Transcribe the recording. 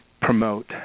promote